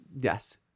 yes